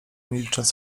milcząc